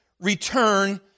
return